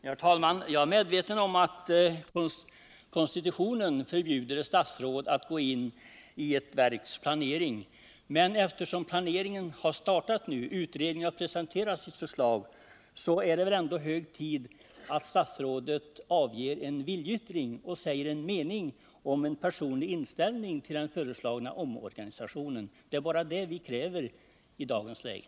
Herr talman! Jag är medveten om att konstitutionen förbjuder ett statsråd att gå in i ett verks planering. Men eftersom planeringen har startat nu och utredningen presenterat sitt förslag är det väl ändå hög tid att statsrådet avger en viljeyttring och klargör sin personliga inställning till den föreslagna omorganisationen. Det är bara det vi kräver i dagens läge.